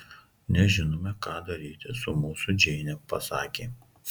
nežinome ką daryti su mūsų džeine pasakė